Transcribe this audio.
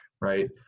right